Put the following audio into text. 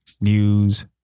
news